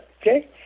okay